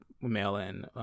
mail-in